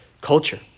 culture